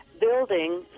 building